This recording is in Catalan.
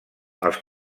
els